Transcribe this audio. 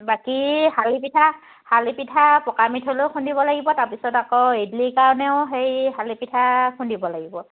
বাকী শালি পিঠা শালি পিঠা পকা মিঠৈলৈও খুন্দিব লাগিব তাৰ পিছত আকৌ ইদলীৰ কাৰণেও হেৰি শালি পিঠা খুন্দিব লাগিব